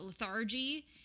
lethargy